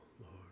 Lord